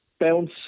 bounce